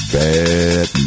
bad